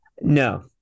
No